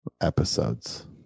episodes